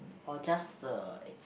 or just a